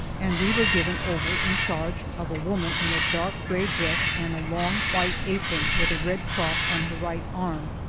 and we were given over in charge of a woman in a dark gray dress and long white apron, with a red cross on her right arm.